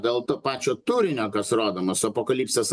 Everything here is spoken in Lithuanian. dėl to pačio turinio kas rodoma su apokalipsės